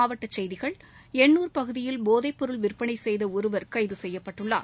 மாவட்டச் செய்திகள் எண்ணூர் பகுதியில் போதைப் பொருள் விற்பனை செய்த ஒருவர் கைது செய்யப்பட்டுள்ளார்